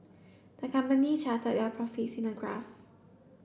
the company charted their profits in a graph